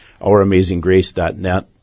ouramazinggrace.net